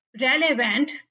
relevant